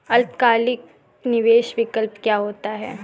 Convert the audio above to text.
अल्पकालिक निवेश विकल्प क्या होता है?